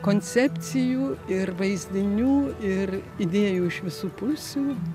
koncepcijų ir vaizdinių ir idėjų iš visų pusių